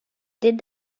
did